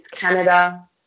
Canada